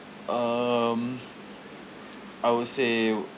um I would say